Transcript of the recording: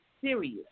serious